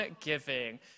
giving